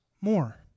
more